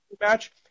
match